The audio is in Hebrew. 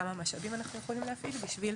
כמה משאבים אנחנו יכולים להפעיל בשביל